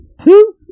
two